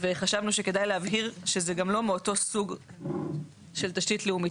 וחשבנו שכדאי להבהיר שזה גם לא מאותו סוג של תשתית לאומית.